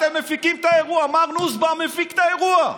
אתם מפיקים את האירוע, מר נוסבאום מפיק את האירוע.